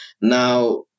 Now